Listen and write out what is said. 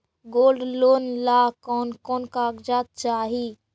Gold loan ला कौन कौन कागजात चाही?